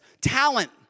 talent